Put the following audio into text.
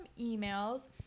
emails